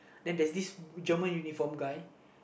then there's this German uniform guy